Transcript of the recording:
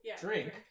drink